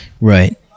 Right